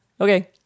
okay